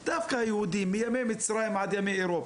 ואם משקיעים בהם אנחנו נוכל לבנות עתיד יותר טוב.